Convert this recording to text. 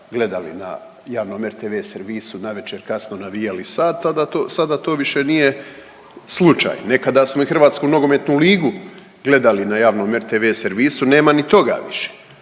gledali na javnom rtv servisu navečer kasno navijali, sada to, sada to više nije slučaj, nekada smo i hrvatsku nogometnu ligu gledali na javnom RTV servisu, nema ni toga više.